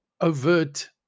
overt